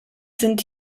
sind